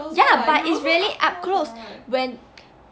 ya but is really up close when